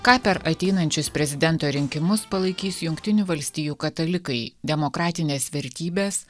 ką per ateinančius prezidento rinkimus palaikys jungtinių valstijų katalikai demokratines vertybes